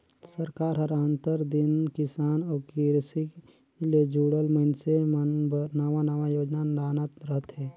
सरकार हर आंतर दिन किसान अउ किरसी ले जुड़ल मइनसे मन बर नावा नावा योजना लानत रहथे